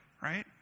right